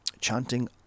chanting